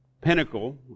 pinnacle